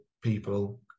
people